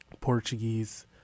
Portuguese